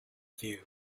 view